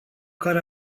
care